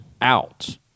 out